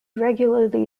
regularly